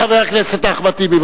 חבר הכנסת אחמד טיבי,